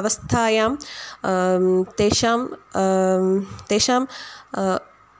अवस्थायां तेषां तेषाम्